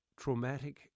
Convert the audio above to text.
traumatic